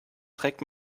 trägt